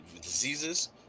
diseases